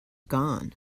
gone